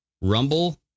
Rumble